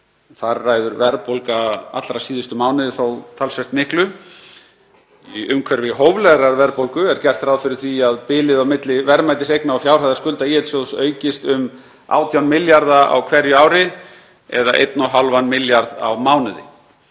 Þar ræður verðbólga allra síðustu mánuði þó talsvert miklu. Í umhverfi hóflegrar verðbólgu er gert ráð fyrir að bilið á milli verðmætis eigna og fjárhæðar skulda ÍL-sjóðs aukist um 18 milljarða á hverju ári, eða einn og hálfan milljarð á mánuði.